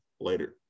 Later